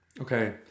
Okay